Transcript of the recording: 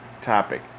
Topic